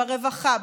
ברווחה,